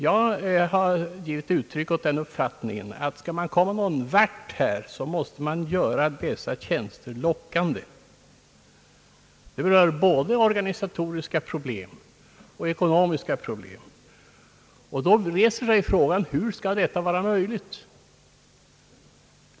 Jag har givit uttryck åt den uppfattningen att skall man komma någon vart måste man göra dessa tjänster lockande. Här berörs både organisatoriska och ekonomiska problem. Då reser sig frågan hur detta skall vara möjligt.